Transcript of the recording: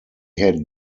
had